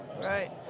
Right